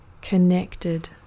Connected